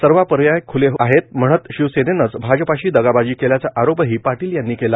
सर्व पर्याय खुले आहेत म्हणत शिवसेनेनंच भाजपाशी दगाबाजी केल्याचा आरोपही पाटील यांनी केला